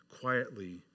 quietly